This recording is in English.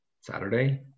saturday